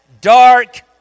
Dark